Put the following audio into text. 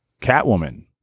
Catwoman